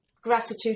gratitude